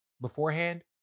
beforehand